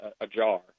ajar